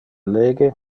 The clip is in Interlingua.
lege